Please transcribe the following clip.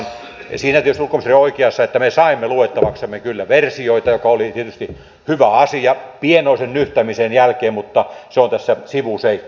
siinä tietysti ulkoministeri on oikeassa että me saimme luettavaksemme kyllä versioita mikä oli tietysti hyvä asia pienoisen nyhtämisen jälkeen mutta se on tässä sivuseikka